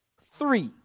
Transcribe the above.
Three